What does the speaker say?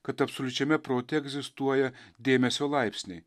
kad absoliučiame prote egzistuoja dėmesio laipsniai